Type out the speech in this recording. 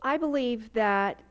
i believe that